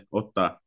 ottaa